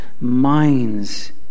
minds